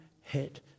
hit